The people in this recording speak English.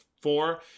Four